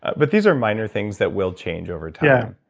but these are minor things that will change over time. yeah